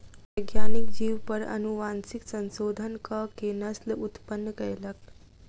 वैज्ञानिक जीव पर अनुवांशिक संशोधन कअ के नस्ल उत्पन्न कयलक